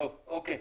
אוקיי.